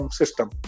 system